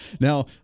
Now